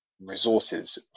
resources